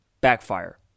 Backfire